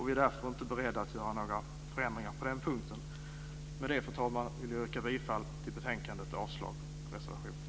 Vi är därför inte beredda att göra några förändringar på den punkten. Med det, fru talman, vill jag yrka bifall till förslaget i betänkandet och avslag på reservationen.